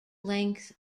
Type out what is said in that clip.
length